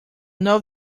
know